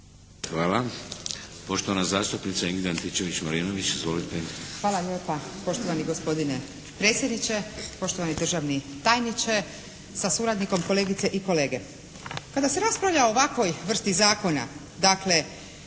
Hvala. Poštovana zastupnica Ingrid Antičević-Marinović. Izvolite. **Antičević Marinović, Ingrid (SDP)** Hvala lijepa poštovani gospodine predsjedniče. Poštovani državni tajniče sa suradnikom, kolegice i kolege. Kada se raspravlja o ovakvoj vrsti zakona dakle